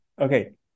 okay